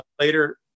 later